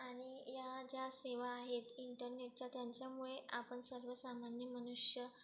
आणि या ज्या सेवा आहेत इंटरनेटच्या त्यांच्यामुळे आपण सर्वसामान्य मनुष्य